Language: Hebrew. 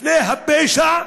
לפני הפשע,